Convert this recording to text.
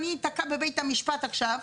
אני אתקע בבית המשפט עכשיו,